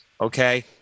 Okay